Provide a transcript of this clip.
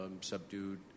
subdued